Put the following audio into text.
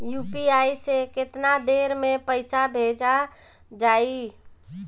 UPI से केतना देर मे पईसा भेजा जाई?